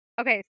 Okay